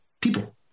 people